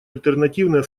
альтернативные